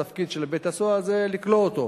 ותפקיד בית-הסוהר הוא לכלוא אותו.